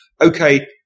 okay